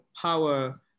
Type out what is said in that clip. power